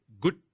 good